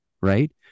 right